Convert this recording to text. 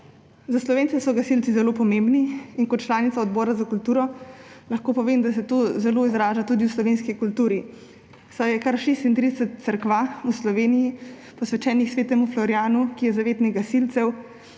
Za Slovence so gasilci zelo pomembni. Kot članica Odbora za kulturo lahko povem, da se to zelo izraža tudi v slovenski kulturi, saj je kar 36 cerkva v Sloveniji posvečenih sv. Florjanu, ki je zavetnik gasilcev.